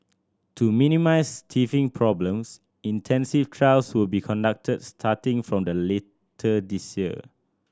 to minimise teething problems intensive trials will be conducted starting from the later this year